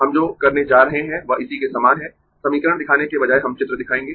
हम जो करने जा रहे है वह इसी के समान है समीकरण दिखाने के बजाय हम चित्र दिखाएंगें